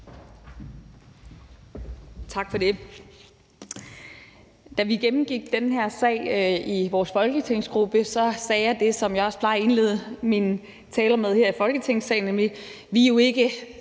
Tak for det. Da vi gennemgik den her sag i vores folketingsgruppe, sagde jeg det, som jeg også plejer at indlede mine taler med her i Folketingssalen, nemlig at vi jo ikke